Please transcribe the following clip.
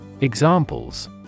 Examples